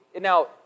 now